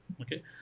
Okay